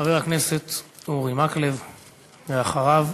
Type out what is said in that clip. חבר הכנסת אורי מקלב, ואחריו,